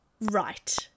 right